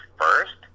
first